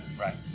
Right